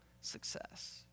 success